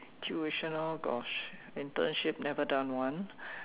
tuition oh gosh internship never done one